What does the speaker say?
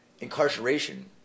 Incarceration